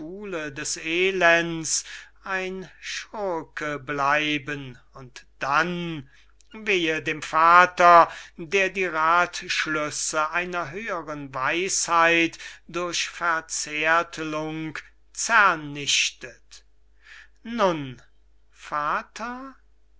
des elends ein schurke bleiben und dann wehe dem vater der die rathschlüsse einer höheren weisheit durch verzärtlung zernichtet nun vater